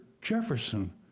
Jefferson